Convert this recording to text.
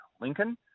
Lincoln